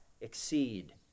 exceed